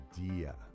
idea